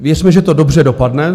Věřme, že to dobře dopadne.